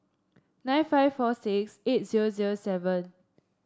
nine five four six eight zero zero seven